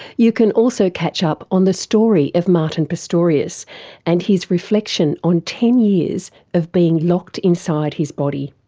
you can also catch up on the story of martin pistorious and his reflection on ten years of being locked inside his body.